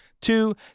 Two